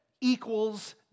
equals